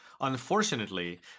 unfortunately